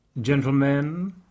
Gentlemen